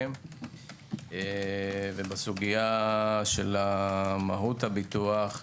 בבקשה, נציג מבקר המדינה.